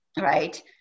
right